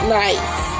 nice